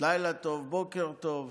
לילה טוב, בוקר טוב.